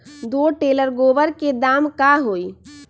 दो टेलर गोबर के दाम का होई?